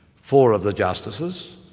four of the justices,